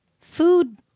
food